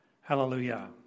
hallelujah